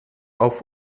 auf